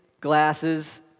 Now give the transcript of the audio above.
glasses